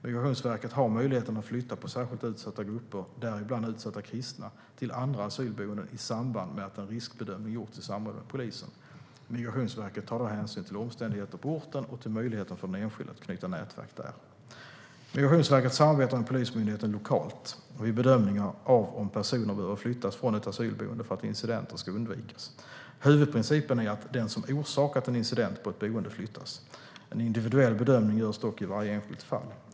Migrationsverket har möjligheten att flytta på särskilt utsatta grupper, däribland utsatta kristna, till andra asylboenden i samband med att en riskbedömning gjorts i samråd med polisen. Migrationsverket tar då hänsyn till omständigheter på orten och till möjligheten för den enskilde att knyta nätverk där. Migrationsverket samarbetar med Polismyndigheten lokalt vid bedömningar av om personer behöver flyttas från ett asylboende för att incidenter ska undvikas. Huvudprincipen är att den som orsakat en incident på ett boende flyttas. En individuell bedömning görs dock i varje enskilt fall.